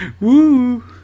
Woo